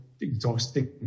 exhausting